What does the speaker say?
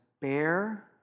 bear